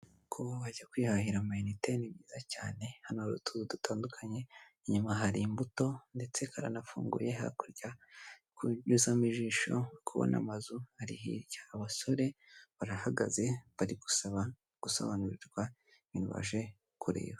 Kuba wajya kwihahira ama inite ni byiza cyane, hano hari utuzu dutandukanye, inyuma hari imbuto ndetse karanafunguye, hakurya unyuzamo ijisho uri kubona amazu ari hirya, abasore barahagaze bari gusobanurirwa ibintu baje kureba.